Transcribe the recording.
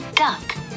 duck